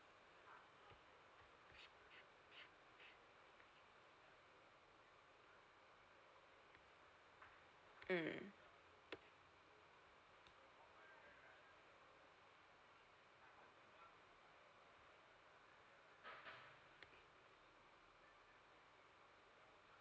mm